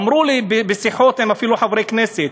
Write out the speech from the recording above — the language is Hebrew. אמרו לי בשיחות, אפילו עם חברי כנסת: